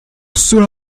cela